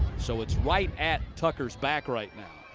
so it's right at tucker's back right now.